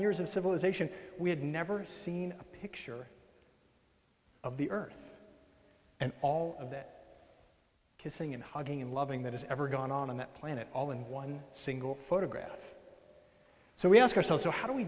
years of civilization we had never seen a picture of the earth and all that kissing and hugging and loving that has ever gone on on that planet all in one single photograph so we ask ourselves so how do we